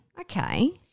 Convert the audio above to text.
Okay